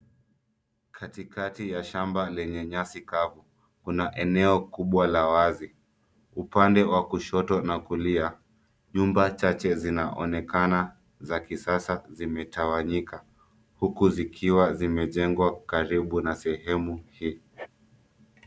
Katikati ya shamba lenye nyasi kavu kuna eneo kubwa la wazi. Upande wa kushoto na kulia, nyumba chache zinaonekana za kisasa zimetawanyika huku zikiwa zimejengwa karibu na sehemu hii.